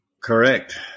Correct